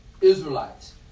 Israelites